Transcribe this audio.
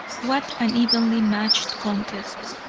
what an evenly matched contest.